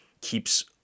keeps